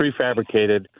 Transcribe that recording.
prefabricated